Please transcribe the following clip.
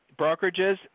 brokerages